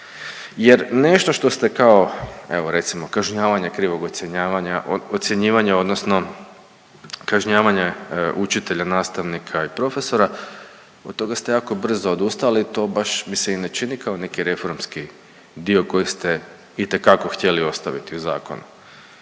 Jer nešto što ste kao evo recimo kažnjavanje krivog ocjenjivanja, odnosno kažnjavanje učitelja, nastavnika i profesora od toga ste jako brzo odustali. To baš mi se i ne čini kao neki reformski dio kojeg ste itekako htjeli ostaviti u zakonu.